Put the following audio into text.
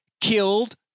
killed